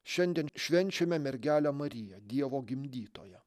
šiandien švenčiame mergelę mariją dievo gimdytoją